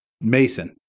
Mason